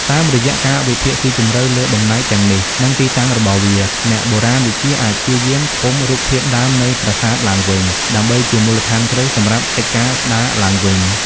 តាមរយៈការវិភាគស៊ីជម្រៅលើបំណែកទាំងនេះ និងទីតាំងរបស់វា អ្នកបុរាណវិទ្យាអាចព្យាយាមផ្គុំរូបភាពដើមនៃប្រាសាទឡើងវិញ ដើម្បីជាមូលដ្ឋានគ្រឹះសម្រាប់កិច្ចការស្ដារឡើងវិញ។